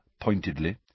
pointedly